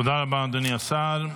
תודה רבה, אדוני השר.